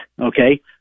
okay